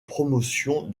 promotion